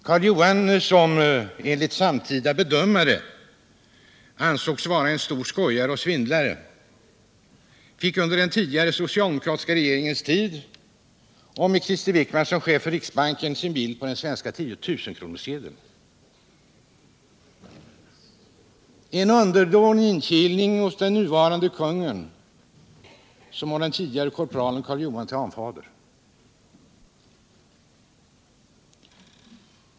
Karl Johan, som enligt samtida bedömare ansågs vara en stor skojare och svindlare, fick under den tidigare socialdemokratiska regeringens tid och med Krister Wickman som chef för riksbanken sin bild på den svenska tusenkronorssedeln — en underdånig inkilning hos den nuvarande kungen, som har den tidigare korpralen Karl Johan till anfader.